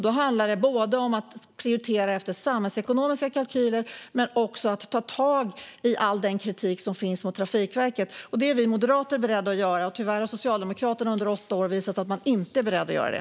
Det handlar om att prioritera efter samhällsekonomiska kalkyler men också om att ta tag i all den kritik som finns mot Trafikverket. Det är vi moderater beredda att göra. Tyvärr har Socialdemokraterna under åtta år visat att de inte är beredda att göra det.